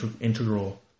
integral